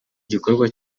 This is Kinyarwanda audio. igikorwa